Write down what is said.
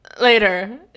later